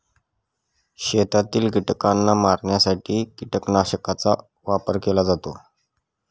शेतातील कीटकांना मारण्यासाठी कीटकनाशकांचा वापर केला जातो